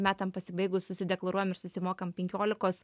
metam pasibaigus susideklaruojam ir susimokam penkiolikos